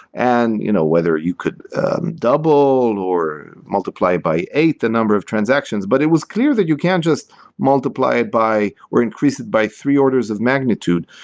and you know whether you could double or multiply by eight the number of transactions, but it was clear that you can't just multiply it by or increase by three orders of magnitude,